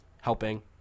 helping